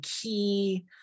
Key